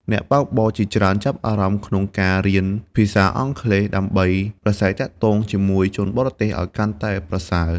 អ្នកបើកបរជាច្រើនចាប់អារម្មណ៍ក្នុងការរៀនភាសាអង់គ្លេសដើម្បីប្រាស្រ័យទាក់ទងជាមួយជនបរទេសឱ្យកាន់តែប្រសើរ។